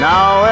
Now